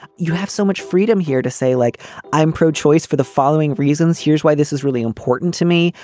you have so much freedom here to say, like i'm pro choice for the following reasons. here's why this is really important to me.